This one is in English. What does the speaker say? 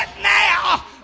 now